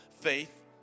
Faith